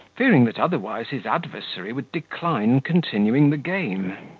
fearing that otherwise his adversary would decline continuing the game.